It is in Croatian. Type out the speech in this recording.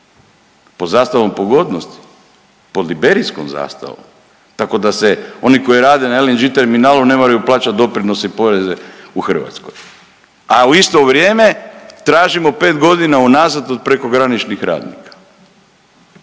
Pod zastavom pogodnosti? Pod liberijskom zastavom? Tako da se oni koji rade na LNG terminalu ne moraju plaćati doprinose, poreze u Hrvatskoj, a u isto vrijeme tražimo pet godina unazad od prekograničnih radnika.